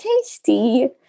tasty